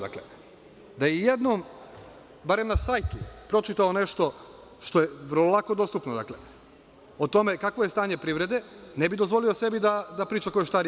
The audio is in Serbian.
Da je jednom, barem na sajtu, pročitao nešto što je vrlo lako dostupno, o tome kakvo je stanje privrede, ne bi dozvolio sebi da malo pre priča koještarije.